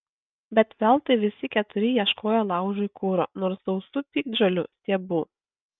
bet veltui visi keturi ieškojo laužui kuro nors sausų piktžolių stiebų